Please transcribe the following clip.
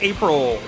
April